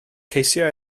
ceisio